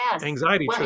anxiety